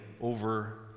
over